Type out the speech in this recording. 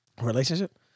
Relationship